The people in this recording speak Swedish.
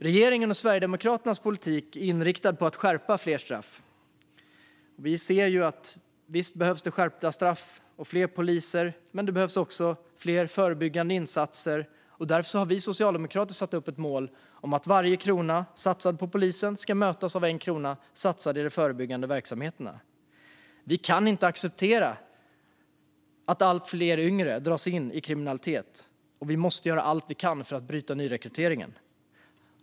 Regeringens och Sverigedemokraternas politik är inriktad på att skärpa fler straff. Vi ser att det visserligen behövs skärpta straff och fler poliser, men det behövs också fler förebyggande insatser. Därför har vi socialdemokrater satt ett mål om att varje satsad krona på polisen ska mötas med en krona på förebyggande verksamhet. Vi kan inte acceptera att allt fler yngre dras in i kriminalitet, och därför måste vi göra allt vi kan för att bryta nyrekryteringen.